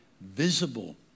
visible